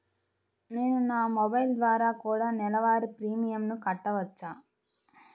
నేను నా మొబైల్ ద్వారా కూడ నెల వారి ప్రీమియంను కట్టావచ్చా?